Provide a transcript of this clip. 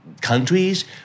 countries